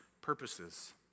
purposes